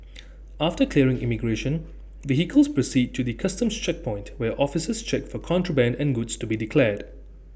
after clearing immigration vehicles proceed to the Customs checkpoint where officers check for contraband and goods to be declared